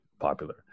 popular